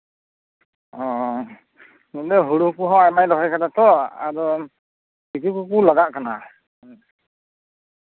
ᱚ ᱱᱚᱸᱰᱮ ᱦᱩᱲᱩ ᱠᱚ ᱟᱭᱢᱟ ᱞᱮ ᱨᱚᱦᱚᱭ ᱠᱟᱫᱟ ᱛᱚ ᱟᱫᱚ ᱛᱤᱡᱩ ᱠᱚᱠᱩ ᱞᱟᱜᱟᱜ ᱠᱟᱱᱟ